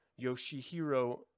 Yoshihiro